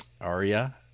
Aria